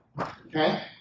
okay